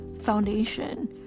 foundation